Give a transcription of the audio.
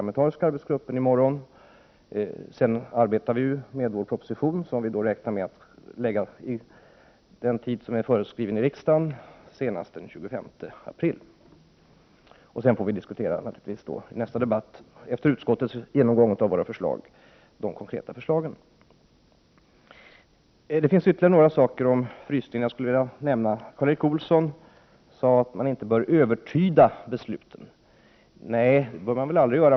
Vidare arbetar vi i regeringen med en proposition som vi beräknar att kunna lägga fram för riksdagen vid den tidpunkt som är föreskriven, nämligen senast den 25 april. Efter utskottets genomgång får sedan de konkreta förslagen diskuteras vid nästa debatt här i kammaren. Det finns ytterligare några saker i fråga om frysningen som jag skulle vilja ta upp. Karl Erik Olsson sade att man inte bör övertyda besluten. Nej, det bör man aldrig göra.